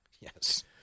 Yes